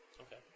Okay